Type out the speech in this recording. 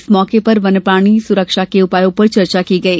इस मौके पर वन्य प्राणी सुरक्षा के उपायों पर चर्चा की गई